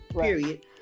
period